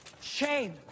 shame